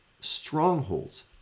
strongholds